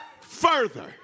further